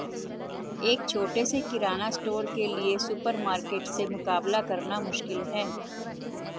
एक छोटे से किराना स्टोर के लिए सुपरमार्केट से मुकाबला करना मुश्किल है